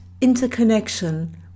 interconnection